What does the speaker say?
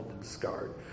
discard